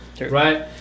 Right